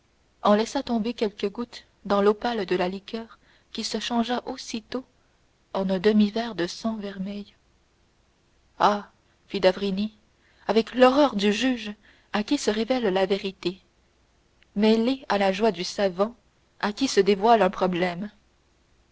en laissa tomber quelques gouttes dans l'opale de la liqueur qui se changea aussitôt en un demi-verre de sang vermeil ah fit d'avrigny avec l'horreur du juge à qui se révèle la vérité mêlée à la joie du savant à qui se dévoile un problème